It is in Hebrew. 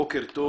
בוקר טוב.